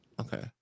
Okay